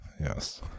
Yes